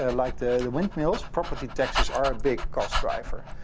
ah like the the windmills, property taxes are big cost driver.